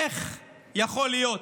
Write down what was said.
איך יכול להיות